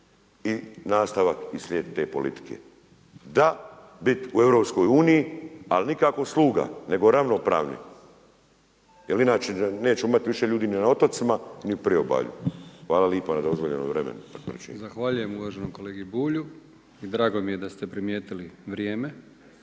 i nastavak i slijed te politike. Da bit u EU, ali nikako sluga, nego ravnopravni jer inače nećemo imat više ljudi ni na otocima, ni u priobalju. Hvala lipa na dozvoljenom vremenu. **Brkić, Milijan (HDZ)** Zahvaljujem uvaženom kolegi Bulju. I drago mi je da ste primijetili vrijeme.